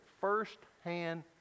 first-hand